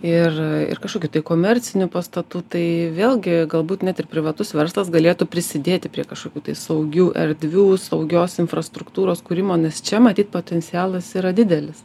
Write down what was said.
ir ir kažkokių tai komercinių pastatų tai vėlgi galbūt net ir privatus verslas galėtų prisidėti prie kažkokių tai saugių erdvių saugios infrastruktūros kūrimo nes čia matyt potencialas yra didelis